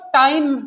time